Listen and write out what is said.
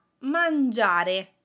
mangiare